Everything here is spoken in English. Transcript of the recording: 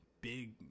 big